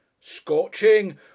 Scorching